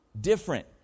Different